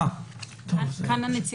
עכשיו אנחנו מדברים על כל הבדיקות עם